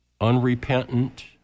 unrepentant